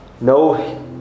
No